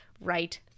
right